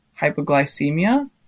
hypoglycemia